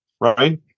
right